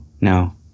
no